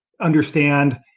understand